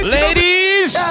Ladies